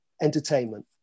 entertainment